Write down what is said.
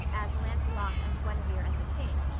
as lancelot and guinevere and the king,